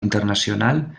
internacional